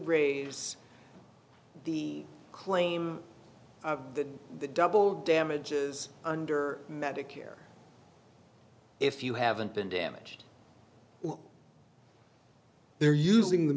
raise the claim that the double damages under medicare if you haven't been damaged they're using the